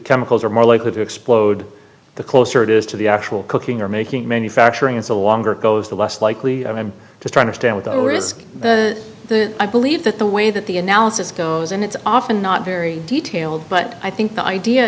micals are more likely to explode the closer it is to the actual cooking or making manufacturing and the longer it goes the less likely to try to stand with the risk the i believe that the way that the analysis goes and it's often not very detailed but i think the idea